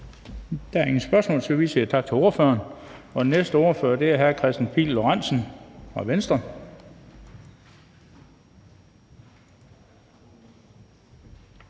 Der er ingen spørgsmål, så vi siger tak til ordføreren. Den næste ordfører er hr. Kristian Pihl Lorentzen fra Venstre.